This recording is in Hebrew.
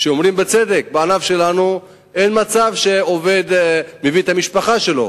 שאומרים בצדק: בענף שלנו אין מצב שעובד מביא את המשפחה שלו.